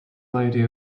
lady